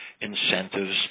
incentives